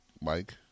Mike